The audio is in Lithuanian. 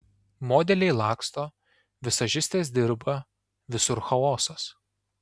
modeliai laksto vizažistės dirba visur chaosas